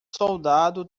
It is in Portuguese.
soldado